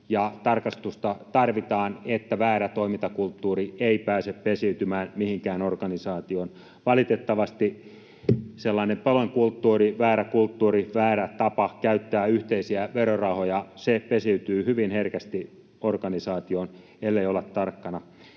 tarkastusta tarvitaan, että väärä toimintakulttuuri ei pääse pesiytymään mihinkään organisaatioon. Valitettavasti sellainen talonkulttuuri, väärä kulttuuri, väärä tapa käyttää yhteisiä verorahoja, pesiytyy hyvin herkästi organisaatioon, ellei olla tarkkana.